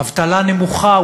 אבטלה נמוכה,